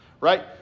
right